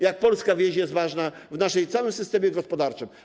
jak polska wieś jest ważna w całym naszym systemie gospodarczym.